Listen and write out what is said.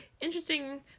Interesting